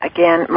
Again